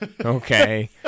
Okay